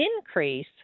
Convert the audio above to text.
increase